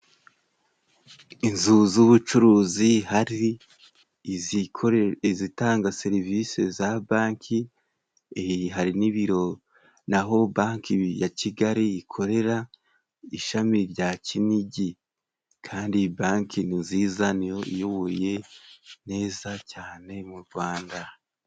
Inzu z'ubucuruzi hari izikore izitanga serivisi za banki hari n'ibiro n'aho banki ya Kigali ikorera ishami rya Kinigi, kandi banki ni nziza niyo iyoyoboye neza cyane mu Rwanda.